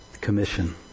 Commission